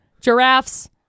giraffes